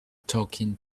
talking